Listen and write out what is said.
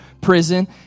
prison